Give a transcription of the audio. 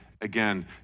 again